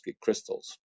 crystals